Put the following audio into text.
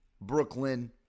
Brooklyn